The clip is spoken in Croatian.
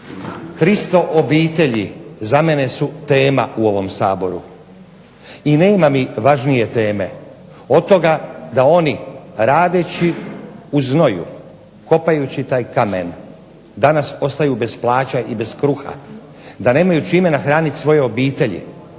300 obitelji za mene su tema u ovom Saboru. I nema mi važnije teme od toga da oni radeći u znoju kopajući taj kamen danas ostaju bez plaća i bez kruha, da nemaju čime nahraniti svoje obitelji.